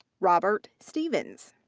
robert stevens.